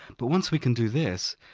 but once we can do this,